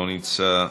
לא נמצא,